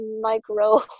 micro